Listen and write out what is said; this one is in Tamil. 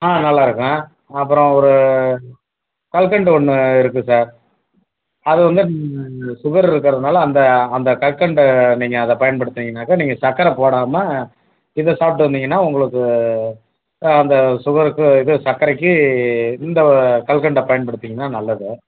ஆ நல்லா இருக்கும் அப்புறம் ஒரு கல்கண்டு ஒன்று இருக்குது சார் அதை வந்து சுகர் இருக்கிறதனால அந்த அந்த கற்கண்டை நீங்கள் அதை பயன்படுத்துனீங்கன்னாக்கா நீங்கள் சக்கரை போடாமல் இதை சாப்பிட்டு வந்தீங்கன்னால் உங்களுக்கு ஆ அந்த சுகருக்கு இது சக்கரைக்கு இந்த கல்கண்டை பயன்படுத்துனீங்கன்னால் நல்லது